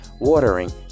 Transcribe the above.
watering